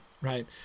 right